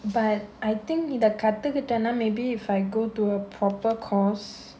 but I think இத காத்துக்கிட்டானா:itha kathukkittaanaa maybe if I go to a proper course